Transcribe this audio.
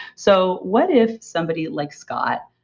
so, what if somebody like scott,